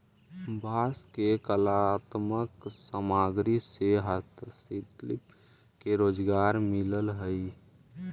बांस के कलात्मक सामग्रि से हस्तशिल्पि के रोजगार मिलऽ हई